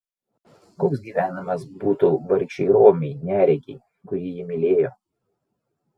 koks gyvenimas būtų vargšei romiai neregei kuri jį mylėjo